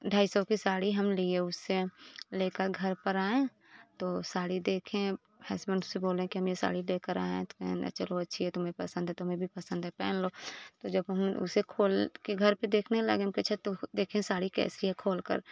ढाई सौ की साड़ी हम लिए उससे लेकर घर पर आए तो साड़ी देखें हस्बैंड से बोलें कि हम ये साड़ी लेकर आए हैं तो कहे चलो अच्छी है तुम्हें पसंद है तो हमें भी पसंद है पहन लो तो जब हम उसे खोल कर घर पर देखने लगे पीछे तो देखे साड़ी कैसी है खोल कर